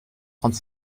trente